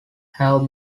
have